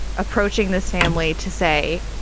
approaching this family to say,